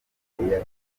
gatandatu